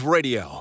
Radio